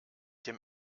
dem